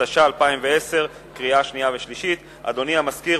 התש"ע 2010. אדוני סגן המזכיר,